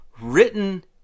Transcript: written